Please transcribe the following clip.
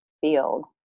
field